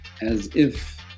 as-if